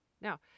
Now